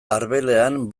arbelean